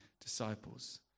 disciples